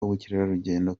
ubukerarugendo